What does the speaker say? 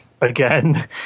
again